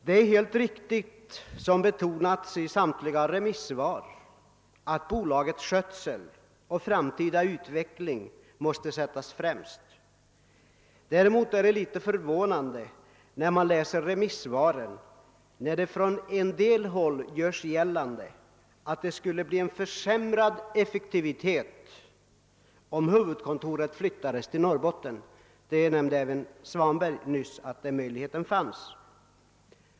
Det är helt riktigt som betonas i samtliga remissvar, att bolagets skötsel och framtida utveckling måste sättas främst. Däremot är det litet förvånande att av remissvaren konstatera att det från en del håll görs gällande att effektiviteten skulle försämras om huvudkontoret flyttades till Norrbotten — herr Svanberg nämnde nyss att den möjligheten fanns.